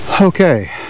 okay